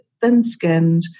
thin-skinned